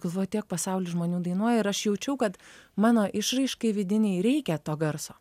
bet galvoju tiek pasaulyj žmonių dainuoja ir aš jaučiau kad mano išraiškai vidinei reikia to garso